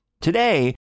Today